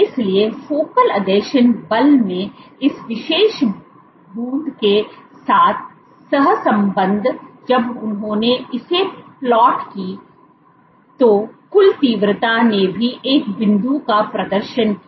इसलिए फोकल आसंजन बल में इस विशेष बूंद के साथ सहसंबद्ध जब उन्होंने इसे प्लाट की तो कुल तीव्रता ने भी एक बूंद का प्रदर्शन किया